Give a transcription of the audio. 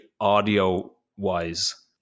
audio-wise